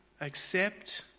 accept